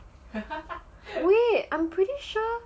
wait I'm pretty sure